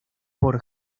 por